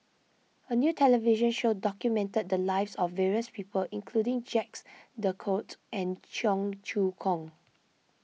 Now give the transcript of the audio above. a new television show documented the lives of various people including Jacques De Coutre and Cheong Choong Kong